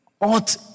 ought